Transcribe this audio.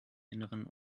innern